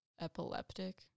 epileptic